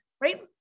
right